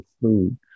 food